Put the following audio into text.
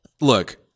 look